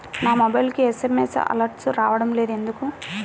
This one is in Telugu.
నా మొబైల్కు ఎస్.ఎం.ఎస్ అలర్ట్స్ రావడం లేదు ఎందుకు?